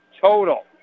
total